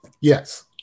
Yes